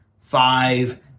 five